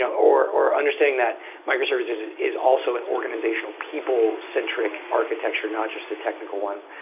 yeah or or understanding that microservices is also an organizational, people-centric architecture, not just a technical one.